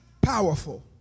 powerful